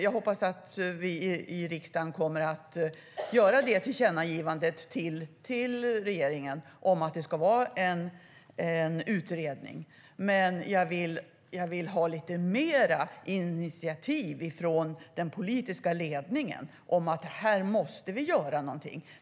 Jag hoppas att vi i riksdagen gör det tillkännagivandet till regeringen om att det ska tillsättas en utredning. Men jag vill se lite mera initiativ från den politiska ledningen om att man måste göra någonting.